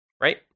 right